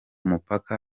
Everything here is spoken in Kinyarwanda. mupaka